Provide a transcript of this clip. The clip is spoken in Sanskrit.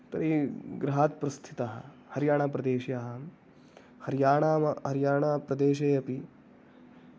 तर्हि गृहात् प्रस्थितः हर्याणाप्रदेशीयः अहं हरियाणा मा हरियाणाप्रदेशे अपि